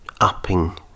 upping